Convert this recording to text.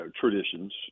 traditions